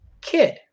kid